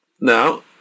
Now